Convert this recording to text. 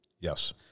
yes